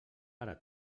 ara